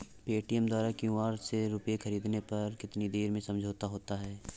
Paytm द्वारा QR से रूपए ख़रीदने पर कितनी देर में समझौता होता है?